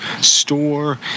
store